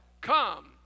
come